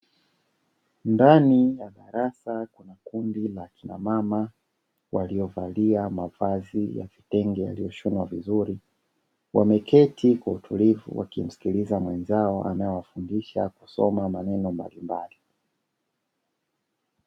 Ndani ya darasa la kundi la kina mama waliovalia mavazi ya kitenge yaliyoshonwa vizuri wameketi kwa utulivu wa kimsikiliza mwenzao anayewafundisha kusoma maneno mbalimbali.